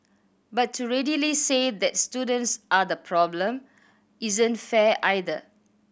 but to readily say that students are the problem isn't fair either